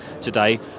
today